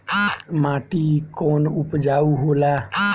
माटी कौन उपजाऊ होला?